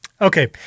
Okay